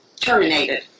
terminated